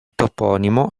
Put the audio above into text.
toponimo